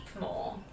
more